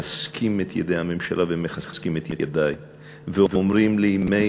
מחזקים את ידי הממשלה ומחזקים את ידי ואומרים לי: מאיר,